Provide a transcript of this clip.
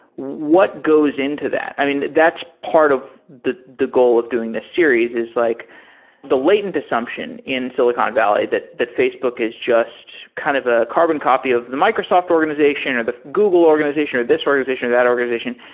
what goes into that? i mean, that's part of the the goal of doing this series, is like the latent assumption in silicon valley that that facebook is a kind of ah carbon copy of the microsoft organization, or the google organization, or this organization, or that organization,